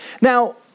Now